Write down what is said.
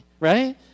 right